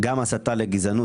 כולל ההסתייגויות.